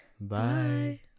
Bye